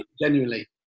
genuinely